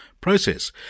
process